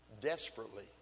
desperately